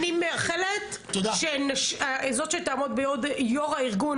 אני מאחלת שזאת שתעמוד כיו"ר הארגון